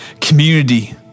community